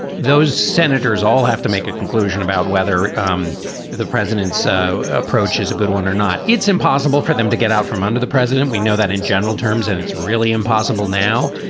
those senators all have to make a conclusion about whether um the president's so approach is a good one or not. it's impossible for them to get out from under the president. we know that in general terms, and it's really impossible now.